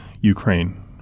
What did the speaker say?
Ukraine